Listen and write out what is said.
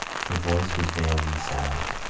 her voice was veiled and sad.